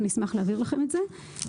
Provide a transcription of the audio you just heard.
אני אשמח להעביר לכם את זה,